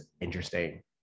interesting